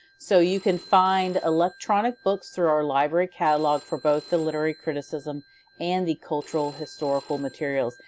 so you can find electronic books through our library catalog for both the literary criticism and the cultural historical materials.